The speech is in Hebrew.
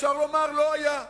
אפשר לומר: לא היה.